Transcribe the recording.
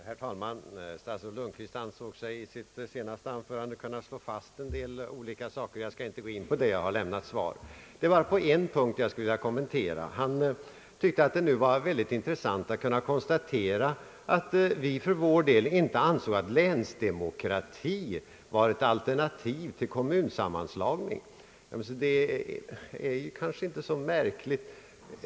Herr talman! Statsrådet Lundkvist ansåg sig i sitt senaste anförande kunna slå fast en del olika saker, som jag dock inte skall gå in på, eftersom jag redan har lämnat svar. En punkt vill jag dock kommentera. Statsrådet Lundkvist tyckte att det var mycket intressant att nu kunna konstatera att vi på vårt håll inte ansåg att länsdemokrati var ett alternativ till kommunsammanslagning. Det är kanske inte så märkligt.